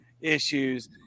issues